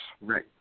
Right